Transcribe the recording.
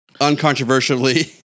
uncontroversially